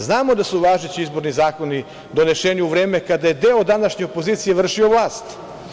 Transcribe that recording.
Znamo da su važeći izborni zakoni doneseni u vreme kada je deo današnje opozicije vršio vlast.